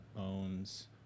owns